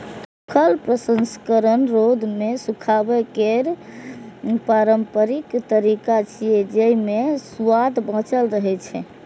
सूखल प्रसंस्करण रौद मे सुखाबै केर पारंपरिक तरीका छियै, जेइ मे सुआद बांचल रहै छै